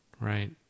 Right